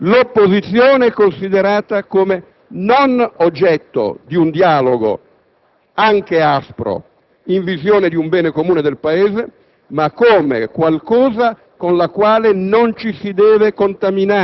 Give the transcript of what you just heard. È gravissimo che possa sorgere il dubbio che venga orientata a violare questo patto contro i nemici e ad applicarlo con maggiore *souplesse* verso gli amici.